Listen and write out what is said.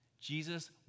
Jesus